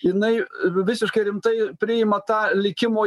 jinai visiškai rimtai priima tą likimo